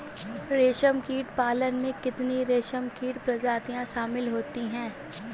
रेशमकीट पालन में कितनी रेशमकीट प्रजातियां शामिल होती हैं?